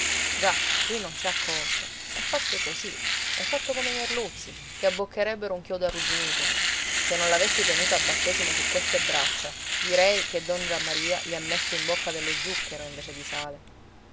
già lui non ci ha colpa è fatto così è fatto come i merluzzi che abboccherebbero un chiodo arrugginito se non l'avessi tenuto a battesimo su queste braccia direi che don giammaria gli ha messo in bocca dello zucchero invece di sale